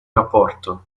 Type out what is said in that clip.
rapporto